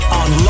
on